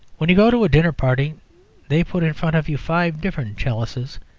when you go to a dinner-party they put in front of you five different chalices,